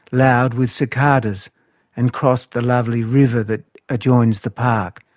loud with cicadas and crossed the lovely river that adjoins the park.